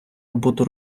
роботу